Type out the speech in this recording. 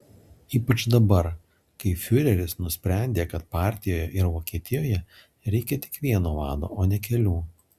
ypač dabar kai fiureris nusprendė kad partijoje ir vokietijoje reikia tik vieno vado o ne kelių